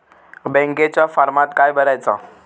बँकेच्या फारमात काय भरायचा?